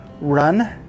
run